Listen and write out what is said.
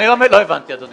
אני לא הבנתי, אדוני.